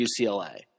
UCLA